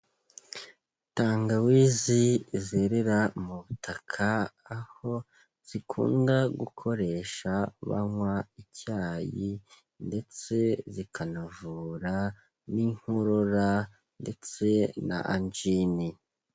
Tangawizi zerera mu butaka, aho zikunda gukoresha banywa icyayi ndetse zikanavura n'inkorora ndetse na anjini.